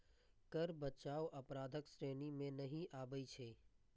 कर बचाव अपराधक श्रेणी मे नहि आबै छै